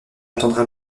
attendra